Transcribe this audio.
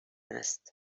هست